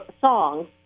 songs